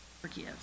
forgive